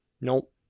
nope